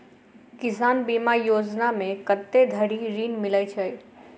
किसान बीमा योजना मे कत्ते धरि ऋण मिलय छै?